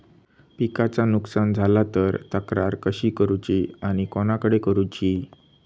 पिकाचा नुकसान झाला तर तक्रार कशी करूची आणि कोणाकडे करुची?